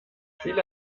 viele